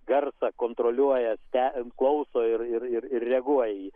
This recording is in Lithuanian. garsą kontroliuoja ste klauso ir ir ir reaguoja į jį